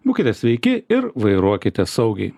būkite sveiki ir vairuokite saugiai